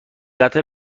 قتل